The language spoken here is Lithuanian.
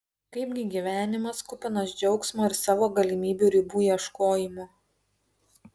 kaipgi gyvenimas kupinas džiaugsmo ir savo galimybių ribų ieškojimo